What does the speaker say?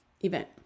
event